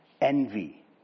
Envy